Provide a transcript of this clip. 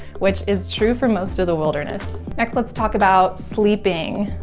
which is true for most of the wilderness. next, let's talk about sleeping.